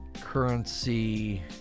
Currency